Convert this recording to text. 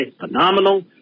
phenomenal